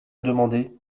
demandé